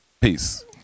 Peace